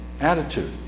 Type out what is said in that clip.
attitude